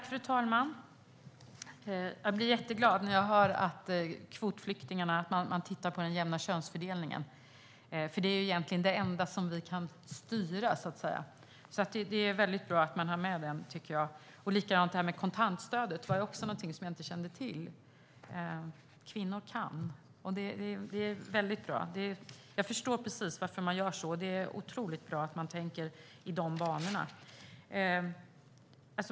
Fru talman! Jag blir jätteglad när jag hör att man tittar på en jämn könsfördelning när det gäller kvotflyktingarna. Det är ju det enda som vi så att säga kan styra. Det är väldigt bra att man har med detta. Det här med kontantstödet var någonting som jag inte kände till. Kvinnor kan, och det är väldigt bra. Jag förstår precis varför man gör så. Det är otroligt bra att man tänker i de banorna.